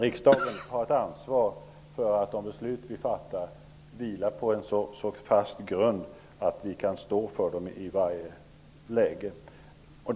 Riksdagen har ett ansvar för att de beslut vi fattar vilar på en så fast grund att vi kan stå för dem i varje läge.